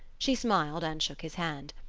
she smiled and shook his hand.